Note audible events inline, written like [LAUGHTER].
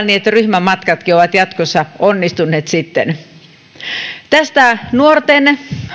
[UNINTELLIGIBLE] niin että ryhmämatkatkin ovat jatkossa onnistuneet tästä nuorten